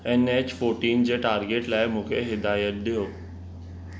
N H fourteen जे target लाइ मूंखे हिदायत ॾियो